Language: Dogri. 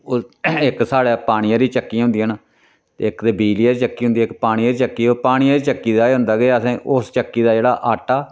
इक साढ़े पानी आह्ली चक्की होंदी ऐ न इक ते बिजली आह्ली चक्की होंदी इक पानी आह्ली चक्की ओह् पानी आह्ली चक्की दा एह् होंदा के असेंगी उस चक्की दा जेह्ड़ा आटा